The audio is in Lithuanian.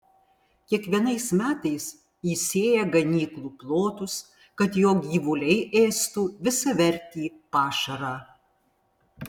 kiekvienais metais įsėja ganyklų plotus kad jo gyvuliai ėstų visavertį pašarą